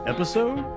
Episode